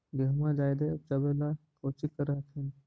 गेहुमा जायदे उपजाबे ला कौची कर हखिन?